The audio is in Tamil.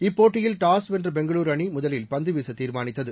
இப்பேட்டியில் டாஸ் வென்ற பெங்களூரு அணி முதலில் பந்துவீச தீர்மானித்தது